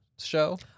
show